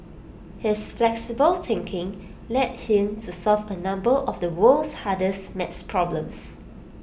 his flexible thinking led him to solve A number of the world's hardest maths problems